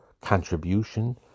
contribution